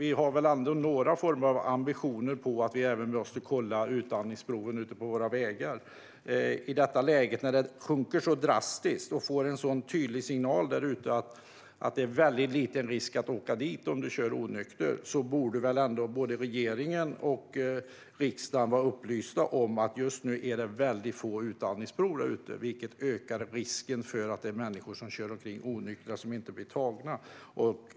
Vi har väl ändå några former av ambitioner att man även måste kolla utandningsproven ute på våra vägar. I detta läge sjunker antalet drastiskt. Det ger en sådan tydlig signal där ute att det är väldigt liten risk att åka dit om du kör onykter. Både regeringen och riksdagen borde vara upplysta om att det just nu görs väldigt få utandningsprov där ute. Det ökar risken för att det är människor som kör omkring onyktra som inte blir tagna.